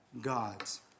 God's